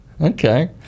Okay